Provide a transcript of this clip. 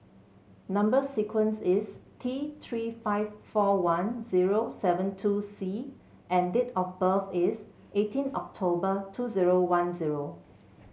number sequence is T Three five four one zero seven two C and date of birth is eighteen October two zero one zero